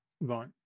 Right